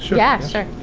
yeah, sure